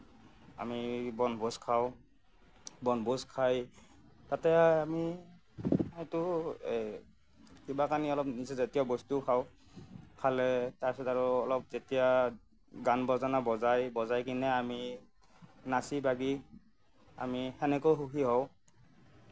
আমি বনভোজ খাওঁ বনভোজ খাই তাতে আমি এইটো কিবা আমি নিচাজাতীয় বস্তুও খাওঁ খালে তাৰপিছত আৰু তেতিয়া গান বাজনা বজায় বজাই কিনে আমি নাচি বাগি আমি সেনেকৈ সুখী হওঁ